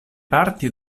parti